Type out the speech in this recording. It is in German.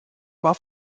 war